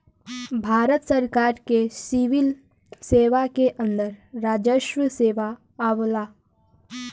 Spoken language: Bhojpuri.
भारत सरकार के सिविल सेवा के अंदर राजस्व सेवा आवला